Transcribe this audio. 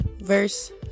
verse